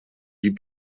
die